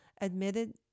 admitted